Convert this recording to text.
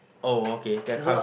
oh okay that comes